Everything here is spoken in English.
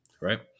right